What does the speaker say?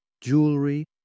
jewelry